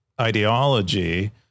ideology